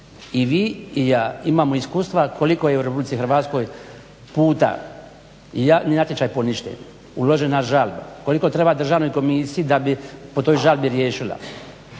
I vi i ja imamo iskustva koliko je u RH puta javni natječaj poništen, uložena žalba, koliko treba Državnoj komisiji da bi po toj žalbi riješila.